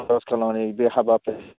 आरज खालामनाय बे हाबाफारि